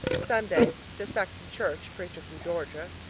sunday just back from church preacher from georgia.